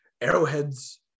arrowheads